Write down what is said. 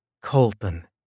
Colton